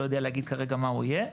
לא יודע להגיד כרגע מה הוא יהיה,